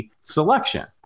selection